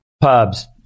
pubs